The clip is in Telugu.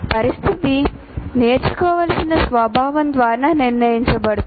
పరిస్థితి నేర్చుకోవలసిన స్వభావం ద్వారా నిర్ణయించబడుతుంది